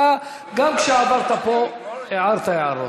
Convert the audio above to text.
אתה, גם כשעברת פה, הערת הערות.